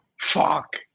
fuck